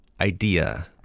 idea